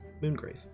Moongrave